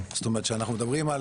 כשאנחנו מדברים על